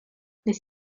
les